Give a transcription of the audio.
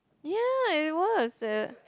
ya it was a